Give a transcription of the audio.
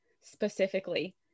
specifically